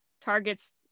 targets